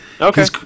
okay